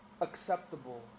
acceptable